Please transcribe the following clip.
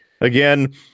again